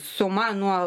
suma nuo